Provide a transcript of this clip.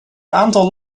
aantal